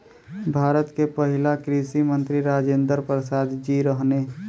भारत के पहिला कृषि मंत्री राजेंद्र प्रसाद जी रहने